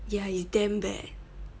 ya it's damn bad